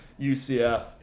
UCF